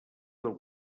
del